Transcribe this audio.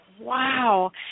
wow